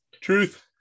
truth